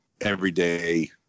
everyday